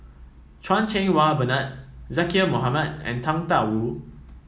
Chan Cheng Wah Bernard Zaqy Mohamad and Tang Da Wu